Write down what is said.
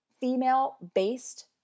female-based